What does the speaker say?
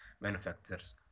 manufacturers